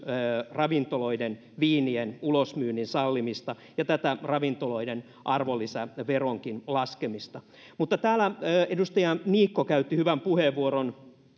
ravintoloiden viinien ulosmyynnin sallimista ja tätä ravintoloiden arvonlisäveronkin laskemista täällä edustaja niikko käytti hyvän puheenvuoron